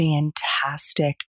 Fantastic